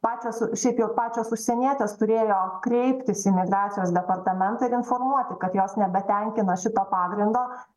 pačios šiaip jau pačios užsienietės turėjo kreiptis į migracijos departamentą ir informuoti kad jos nebetenkina šito pagrindo